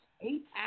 Eight